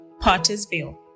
Pottersville